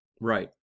Right